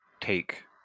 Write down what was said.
take